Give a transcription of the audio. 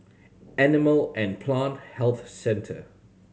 Animal and Plant Health Centre